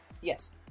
Yes